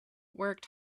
worked